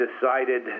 decided